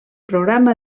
programa